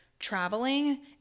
traveling